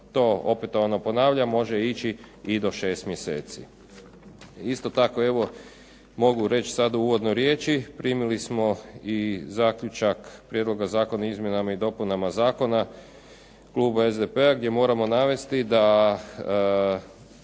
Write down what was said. to opetovano ponavlja može ići i do šest mjeseci. Isto tako, evo mogu reći sad u uvodnoj riječi primili smo i zaključak, prijedloga zakona o izmjenama i dopunama zakona kluba SDP-a gdje moramo navesti da